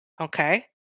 okay